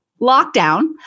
lockdown